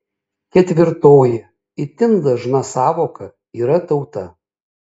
ketvirtoji itin dažna sąvoka yra tauta